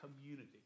community